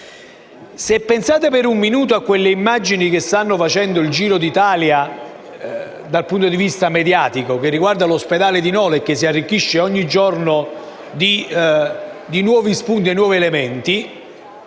10. Pensate per un attimo alle immagini che stanno facendo il giro d'Italia dal punto di vista mediatico, che riguardano l'ospedale di Nola, vicenda che si arricchisce ogni giorno di nuovi spunti e nuovi elementi.